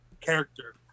character